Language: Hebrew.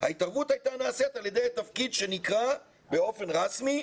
ההתערבות הייתה נעשית על ידי תפקיד שנקרא באופן רשמי,